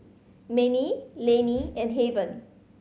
Manie Laney and Haven